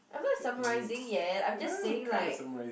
I'm not summarising yet I'm just saying like